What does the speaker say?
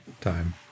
time